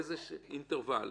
באיזה אינטרוול?